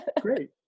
Great